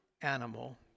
animal